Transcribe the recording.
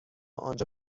آنجا